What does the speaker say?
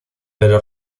pero